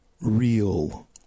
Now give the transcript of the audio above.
real